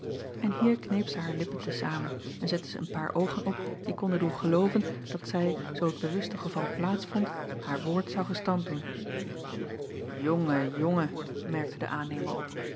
n hier kneep zij haar lippen te zamen en zette zij een paar oogen op die konden doen gelooven dat zij zoo het bewuste geval plaats vond haar woord zou gestand doen ongen jongen merkte de aannemer op